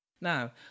Now